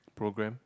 program